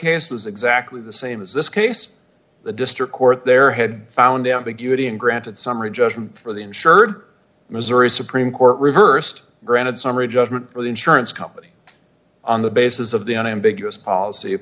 case was exactly the same as this case the district court there had found ambiguity and granted summary judgment for the insured missouri supreme court reversed granted summary judgment the insurance company on the basis of the unambiguous policy